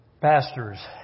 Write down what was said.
pastors